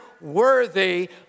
worthy